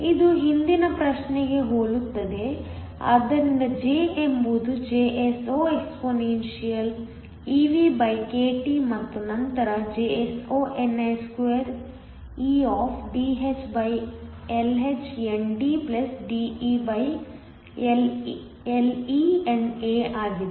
ಇದು ಹಿಂದಿನ ಪ್ರಶ್ನೆಗೆ ಹೋಲುತ್ತದೆ ಆದ್ದರಿಂದ J ಎಂಬುದು Jso expeVkT ಮತ್ತು ನಂತರ Jso ni2eDhLhNDDeLeNA ಆಗಿದೆ